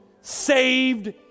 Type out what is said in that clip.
saved